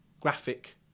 graphic